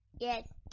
Yes